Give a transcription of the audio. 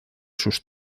sus